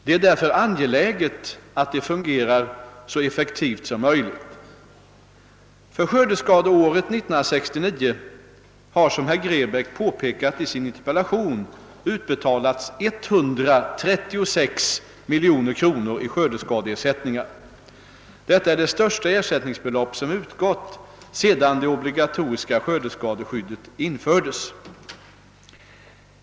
Det är därför angeläget att det fungerar så effektivt som möjligt. För skördeskadeåret 1969 har som herr Grebäck påpekat i sin interpellation utbetalats 136 miljoner kronor i skördeskadeersättningar. Detta är det största ersättningsbelopp som utgått sedan det obligatoriska skördeskadeskyddet infördes.